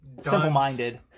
simple-minded